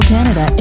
Canada